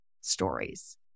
stories